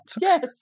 Yes